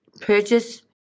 purchase